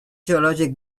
geològic